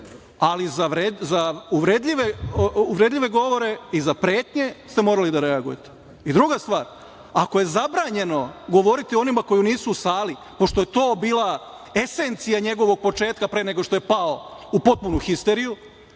ali za uvredljive govore i za pretnje ste morali da reagujete. Druga stvar, ako je zabranjeno govoriti o onima koji nisu u sali, pošto je to bila esencija njegovog početka pre nego što je pao u potpunu histeriju,